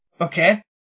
Okay